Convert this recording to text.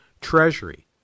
Treasury